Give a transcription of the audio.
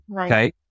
Okay